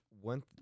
One